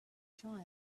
child